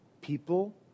people